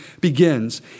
begins